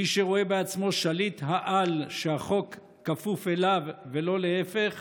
מי שרואה בעצמו שליט-העל שהחוק כפוף אליו ולא להפך,